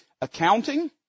Accounting